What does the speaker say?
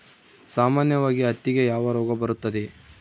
ಸಾಮಾನ್ಯವಾಗಿ ಹತ್ತಿಗೆ ಯಾವ ರೋಗ ಬರುತ್ತದೆ?